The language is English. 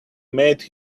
made